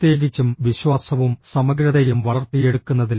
പ്രത്യേകിച്ചും വിശ്വാസവും സമഗ്രതയും വളർത്തിയെടുക്കുന്നതിൽ